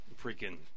Freaking